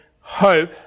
hope